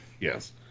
Yes